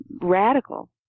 radical